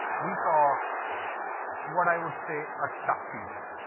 we saw what i would say a tough period.